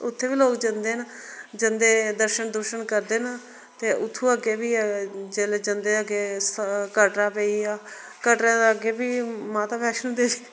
उत्थै बी लोग जंदे न जंदे दर्शन दुर्शन करदे न ते उत्थूं अग्गै बी ऐ जेल्लै जंदे अग्गेै कटड़ा पेई गेआ कटड़़े दे अग्गै फ्ही माता वैष्णो देवी